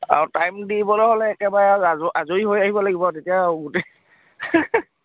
আৰু টাইম দিবলৈ হ'লে একেবাৰে আ আজৰি হৈ আহিব লাগিব তেতিয়া গোটেই